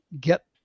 get